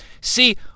see